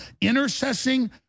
intercessing